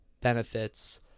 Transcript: benefits